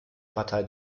partei